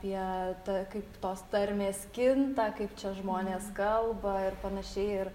apie ta kaip tos tarmės kinta kaip čia žmonės kalba ir panašiai ir